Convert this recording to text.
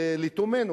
לתומנו,